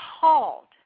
Called